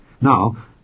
Now